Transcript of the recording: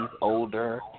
older